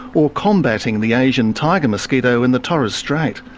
or combating the asian tiger mosquito in the torres strait.